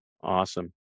Awesome